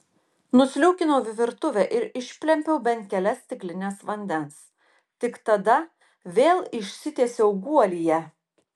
nusliūkinau į virtuvę ir išplempiau bent kelias stiklines vandens tik tada vėl išsitiesiau guolyje